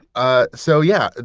ah so yeah,